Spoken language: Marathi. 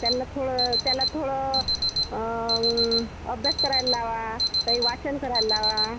त्यांला थोडं त्याला थोडं अभ्यास करायला लावा काही वाचन करायला लावा